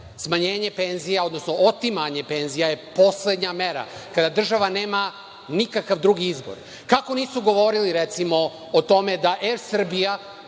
Smanjenje penzija, odnosno otimanje penzija je poslednja mera kada država nema nikakv drugi izbor. Kako nisu govorili, recimo, o tome da Er Srbija